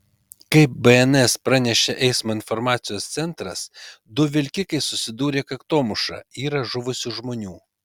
kaip bns pranešė eismo informacijos centras du vilkikai susidūrė kaktomuša yra žuvusių žmonių